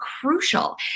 crucial